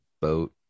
Boat